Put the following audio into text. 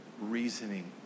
reasoning